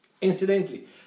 Incidentally